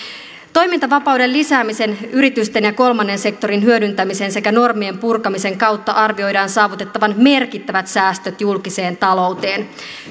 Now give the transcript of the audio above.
toimintavapauden lisäämisen yritysten ja kolmannen sektorin hyödyntämisen sekä normien purkamisen kautta arvioidaan saavutettavan merkittävät säästöt julkiseen talouteen